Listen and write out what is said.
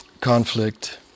conflict